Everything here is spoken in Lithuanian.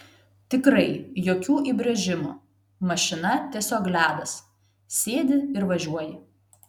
tikrai jokių įbrėžimų mašina tiesiog ledas sėdi ir važiuoji